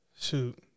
shoot